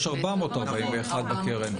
יש 441 בקרן.